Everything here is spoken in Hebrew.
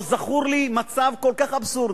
לא זכור לי מצב כל כך אבסורדי,